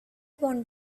want